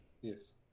Yes